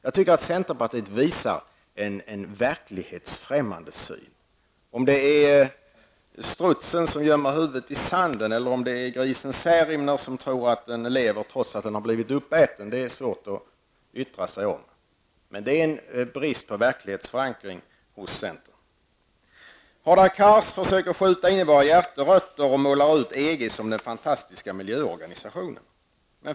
Jag tycker att centern visar en verklighetsfrämmande inställning. Om det är strutsen som gömmer huvudet i sanden, eller om det är grisen Särimner som tror att den lever trots att den har blivit uppäten är svårt att yttra sig om, men centern visar brist på verklighetsförankring. Hadar Cars försöker skjuta sig in i våra hjärterötter och målar ut EG som den fanatiska miljöorganisationen.